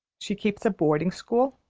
she keeps a boarding-school?